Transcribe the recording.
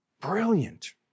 Brilliant